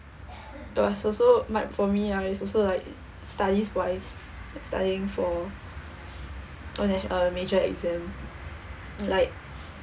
it was also my for me ah is also like studies wise studying for uh nat~ uh major exam like